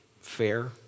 fair